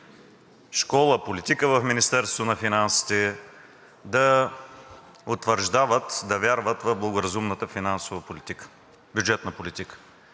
школа, политика в Министерството на финансите – да утвърждават, да вярват в благоразумната бюджетна политика.